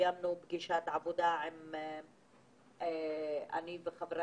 אני מאוד מקווה שנקבל תשובה מהירה בנושא הזה,